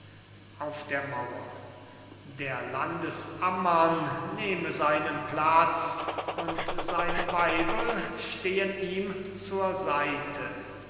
auf der mauer der landesammann nehme seinen platz und seine weibel stehen ihm zur seite